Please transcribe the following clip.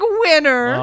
winner